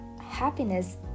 happiness